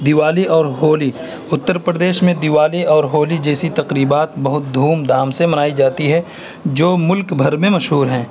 دیوالی اور ہولی اتر پردیش میں دیوالی اور ہولی جیسی تقریبات بہت دھوم دھام سے منائی جاتی ہے جو ملک بھر میں مشہور ہیں